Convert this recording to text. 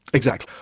exactly.